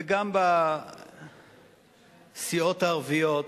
וגם בסיעות הערביות,